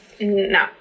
No